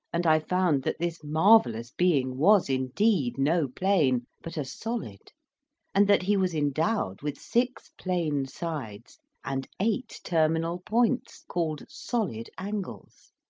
and i found that this marvellous being was indeed no plane, but a solid and that he was endowed with six plane sides and eight terminal points called solid angles